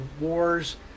Wars